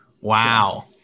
Wow